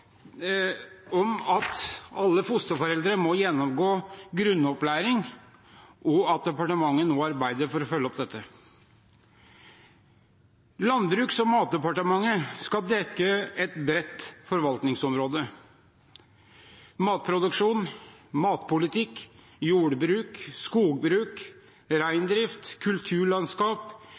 at alle fosterforeldre må gjennomgå grunnopplæring, og at departementet nå arbeider for å følge opp dette. Landbruks- og matdepartementet skal dekke et bredt forvaltningsområde: matproduksjon, matpolitikk, jordbruk, skogbruk, reindrift, kulturlandskap,